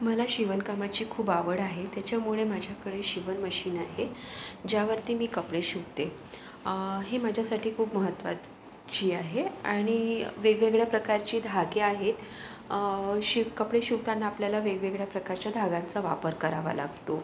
मला शिवणकामाची खूप आवड आहे त्याच्यामुळे माझ्याकडे शिवण मशीन आहे ज्यावरती मी कपडे शिवते हे माझ्यासाठी खूप महत्वाचे आहे आणि वेगवेगळ्या प्रकारचे धागे आहेत शिव कपडे शिवताना आपल्याला वेगवेगळ्या प्रकारच्या धाग्यांचा वापर करावा लागतो